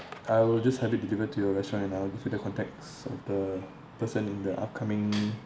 I will just have it delivered to your restaurant and I'll give you the contacts of the person in the upcoming